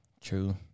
True